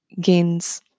gains